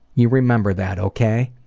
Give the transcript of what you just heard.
you remember that, okay?